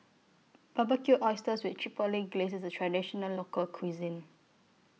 Barbecued Oysters with Chipotle Glaze IS A Traditional Local Cuisine